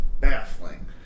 baffling